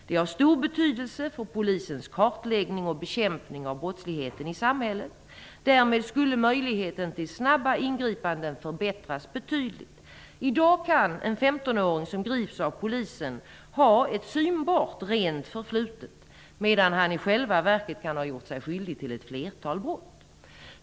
Det är av stor betydelse för polisens kartläggning och bekämpning av brottsligheten i samhället. Därmed skulle möjligheten till snabba ingripanden förbättras betydligt. I dag kan en 15-åring som grips av polisen ha ett synbart rent förflutet, medan han i själva verket kan ha gjort sig skyldig till ett flertal brott.